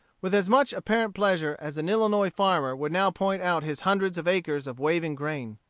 with as much apparent pleasure as an illinois farmer would now point out his hundreds of acres of waving grain.